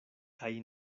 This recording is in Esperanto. kaj